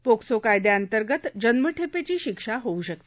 POCSO कायदयाअंतर्गत जन्मठेपेची शिक्षा होऊ शकते